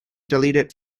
deleted